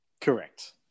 Correct